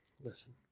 Listen